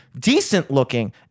decent-looking